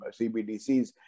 CBDCs